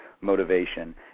motivation